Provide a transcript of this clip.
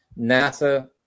nasa